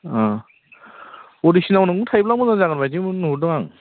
ओ अडिसनाव नोंबो थायोब्ला मोजां जागोन बायदिबो नुहुरदों आं